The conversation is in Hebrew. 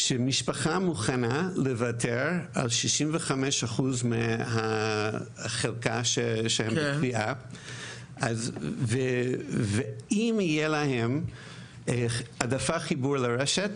משפחה מוכנה לוותר על 65% מהחלקה שמופיעה אם תהיה להם העדפה לחיבור לרשת